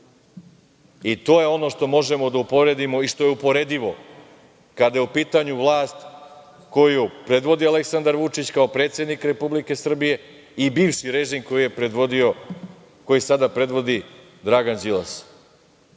je ono što možemo da uporedimo i što je uporedivo kada je u pitanju vlast koju predvodi Aleksandar Vučić, kao predsednik Republike Srbije i bivši režim koji je predvodio, koji sada